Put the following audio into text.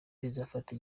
bizafata